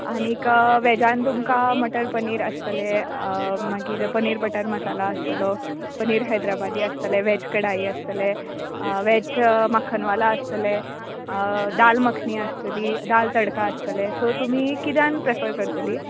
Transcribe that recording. आनीक वॅजान तुमकां मटर पनीर आसतलें मागीर पनीर बटर मसाला आसतोलो पनीर हैद्राबादी आसतलें वॅज कढाई आसतलें वॅज माखनवाला आसतलें दाल मखनी आसतली दाल तडका आसतलें सो तुमी किद्यान प्रॅफर करतलीं